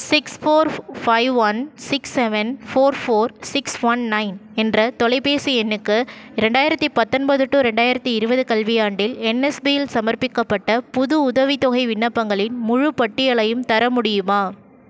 six four five one six seven four four six one nine என்ற தொலைபேசி எண்ணுக்கு ரெண்டாயிரத்து பத்தொன்பது டூ ரெண்டாயிரத்து இருபது கல்வியாண்டில் என்எஸ்பி யில் சமர்ப்பிக்கப்பட்ட புது உதவித்தொகை விண்ணப்பங்களின் முழுப் பட்டியலையும் தர முடியுமா